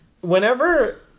Whenever